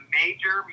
major